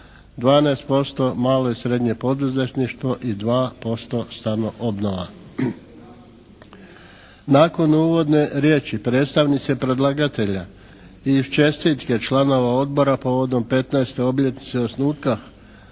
12% malo i srednje poduzetništvo i 2% stanoobnova. Nakon uvodne riječi predstavnici predlagatelja iz čestitke članova Odbora povodom 15. obljetnice osnutka